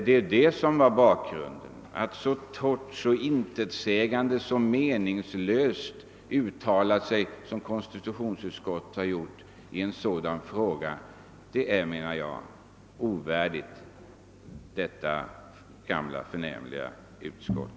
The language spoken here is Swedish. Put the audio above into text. Att uttala sig så kort, så intetsägande och så meningslöst som konstitutionsutskottet har gjort i denna fråga anser jag vara ovärdigt detta gamla förnämliga utskott.